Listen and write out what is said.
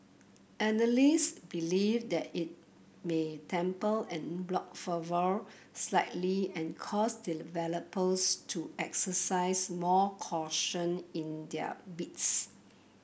analyst believe that it may temper en bloc fervour slightly and cause developers to exercise more caution in their bids